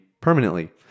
permanently